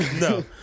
No